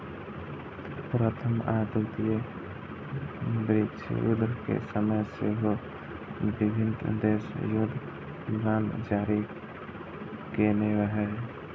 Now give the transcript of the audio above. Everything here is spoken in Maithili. प्रथम आ द्वितीय विश्वयुद्ध के समय सेहो विभिन्न देश युद्ध बांड जारी केने रहै